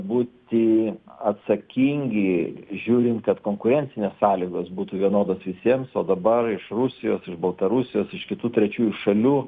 būti atsakingi žiūrint kad konkurencinės sąlygos būtų vienodos visiems o dabar iš rusijos iš baltarusijos iš kitų trečiųjų šalių